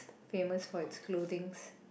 famous for its clothings